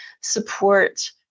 support